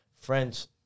French